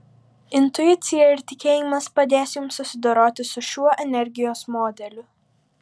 intuicija ir tikėjimas padės jums susidoroti su šiuo energijos modeliu